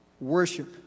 worship